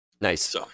Nice